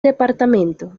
departamento